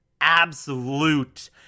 absolute